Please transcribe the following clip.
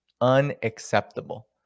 unacceptable